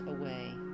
away